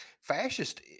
Fascist